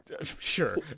Sure